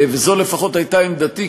וזו לפחות הייתה עמדתי,